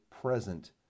present